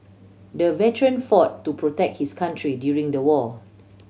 the veteran fought to protect his country during the war